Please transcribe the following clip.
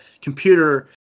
computer